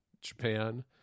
japan